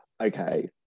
Okay